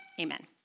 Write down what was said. Amen